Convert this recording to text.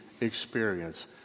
experience